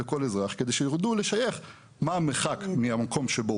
לכל אזרח כדי שיידעו לשייך מה המרחק מהמקום שבו